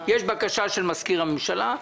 יש בקשה של מזכיר הממשלה,